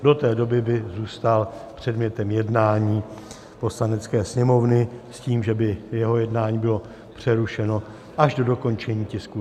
Do té doby by zůstal předmětem jednání Poslanecké sněmovny s tím, že by jeho jednání bylo přerušeno až do dokončení tisku 956.